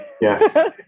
Yes